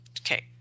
okay